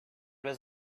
was